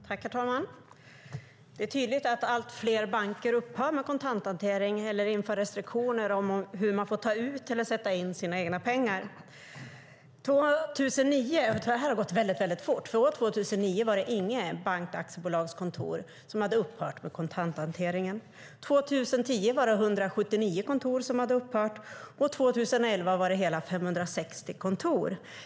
Herr talman! Det är tydligt att allt fler banker upphör med kontanthantering eller inför restriktioner om hur man får ta ut eller sätta in sina egna pengar. Det här har gått väldigt fort. År 2009 hade inget bankaktiebolagskontor upphört med kontanthanteringen, 2010 hade 179 kontor upphört med hanteringen och 2011 var det hela 560 kontor.